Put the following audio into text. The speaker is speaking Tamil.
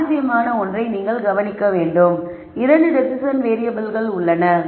சுவாரஸ்யமான ஒன்றை கவனியுங்கள்2 டெசிசன் வேறியபிள்கள் உள்ளன